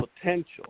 potential